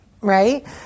Right